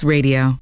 Radio